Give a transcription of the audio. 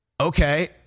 okay